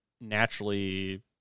naturally